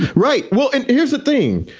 right. well, and here's the thing.